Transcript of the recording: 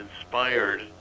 inspired